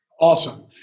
Awesome